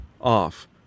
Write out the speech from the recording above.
off